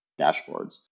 dashboards